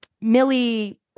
Millie